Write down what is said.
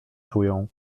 czują